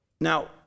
Now